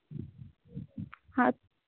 हाँ